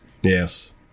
Yes